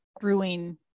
brewing